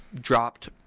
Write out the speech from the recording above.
dropped